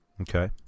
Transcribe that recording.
Okay